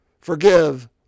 Forgive